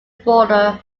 border